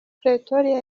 pretoria